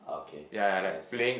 ah okay I see